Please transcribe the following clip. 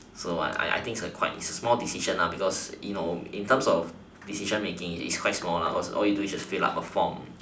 so I I think it's quite a small decision lah because you know in terms of decision making it's quite small lah cause all you do is fill up a form